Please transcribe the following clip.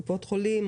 קופות חולים,